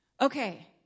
Okay